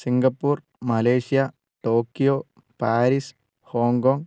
Singapore Malaysia Tokyo Paris Hong Kong